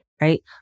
right